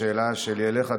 השאלה שלי אליך,